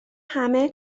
همه